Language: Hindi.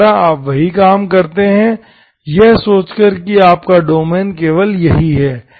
दोबारा आप वही काम करते हैं यह सोचकर कि आपका डोमेन केवल यही है